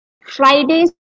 Fridays